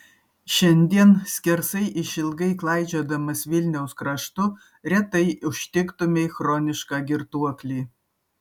šiandien skersai išilgai klaidžiodamas vilniaus kraštu retai užtiktumei chronišką girtuoklį